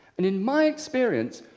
and in my experience,